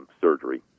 surgery